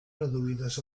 reduïdes